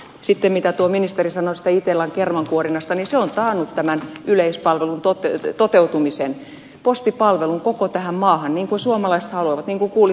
sitten mitä ministeri sanoi itellan kermankuorinnasta niin se on taannut tämän yleispalvelun toteutumisen postipalvelun koko tähän maahan niin kuin suomalaiset haluavat niin kuin kuulitte tässä ed